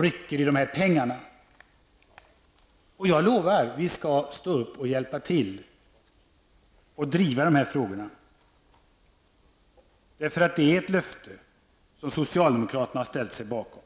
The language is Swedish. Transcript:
rycker i pengarna! Jag lovar att vi skall stå upp och hjälpa till att driva de här frågorna. Det är nämligen ett löfte som socialdemokraterna har ställt sig bakom.